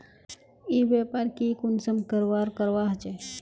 ई व्यापार की कुंसम करवार करवा होचे?